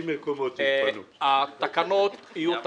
יהיו תקנות.